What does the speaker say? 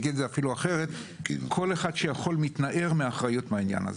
אני אגיד את זה אפילו אחרת: כל מי שיכול מתנער מאחריות בעניין הזה.